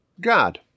God